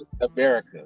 America